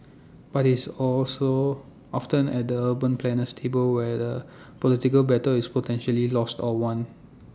but it's also often at the urban planner's table where the political battle is potentially lost or won